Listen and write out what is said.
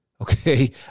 Okay